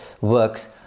works